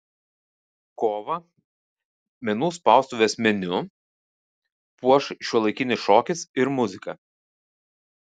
kovą menų spaustuvės meniu puoš šiuolaikinis šokis ir muzika